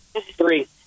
Three